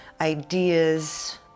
ideas